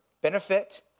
benefit